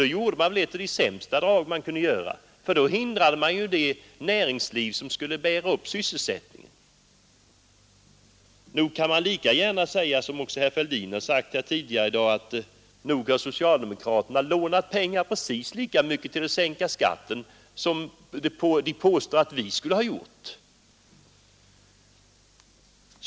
Därvid gjorde man ett av de sämsta drag man kunde göra, för då försvårade man för det näringsliv som skall bära upp sysselsättningen. Som herr Fälldin har framhållit tidigare i debatten i dag har vi lika stor anledning att påstå att socialdemokraterna vill låna pengar till att sänka skatten som de har att påstå att vi vill göra det.